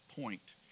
point